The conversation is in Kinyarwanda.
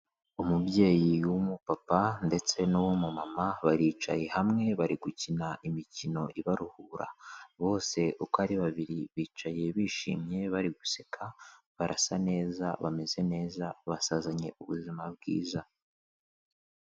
Umubyeyi w'umupapa ndetse n'uw'umumama baricaye hamwe bari gukina imikino ibaruhura. Bose uko ari babiri bicaye bishimye bari guseka, barasa neza, bameze neza, basazanye ubuzima bwiza.